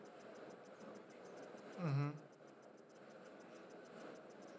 mmhmm